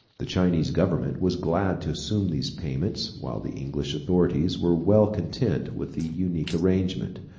the chinese government was glad to assume these payments while the english authorities were well content with the unique arrangement.